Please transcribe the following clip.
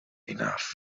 enough